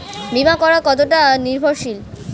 বীমা করা কতোটা নির্ভরশীল?